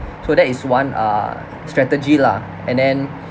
so that is one uh strategy lah and then